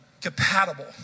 compatible